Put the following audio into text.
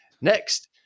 Next